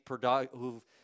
who've